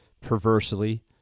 perversely